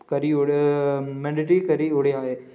करी ओड़े मैन्डेटिरी करी ओड़ेआ ऐ